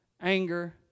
anger